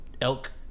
elk